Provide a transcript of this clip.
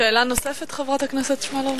שאלה נוספת, חברת הכנסת שמאלוב?